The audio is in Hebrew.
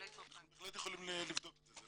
אנחנו בהחלט יכולים לבדוק את זה.